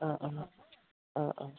অঁ অঁ অঁ অঁ